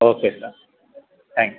okay sir thank you